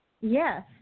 Yes